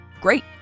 Great